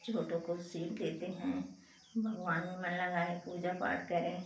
छोटों को सीख देते हैं भगवान में मन लगाए पूजा पाठ करें